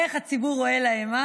איך הציבור רואה להם?